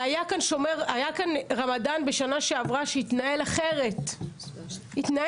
היה כאן רמדאן בשנה שעברה שהתנהל אחרת לגמרי.